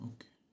Okay